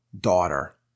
daughter